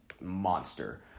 monster